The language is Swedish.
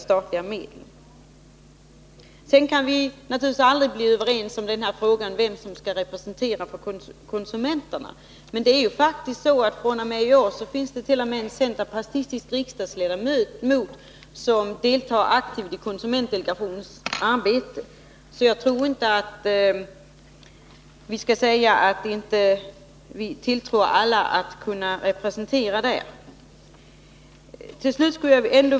Vi kan naturligtvis aldrig bli överens om vem som skall representera konsumenterna. Men det är faktiskt så att t.o.m. en centerpartistisk ledamot fr.o.m. i år aktivt deltar i konsumentdelegationens arbete. Jag tror därför inte att man kan säga att vi inte tilltror alla intresserade grupper möjlighet att bli representerade där.